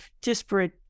disparate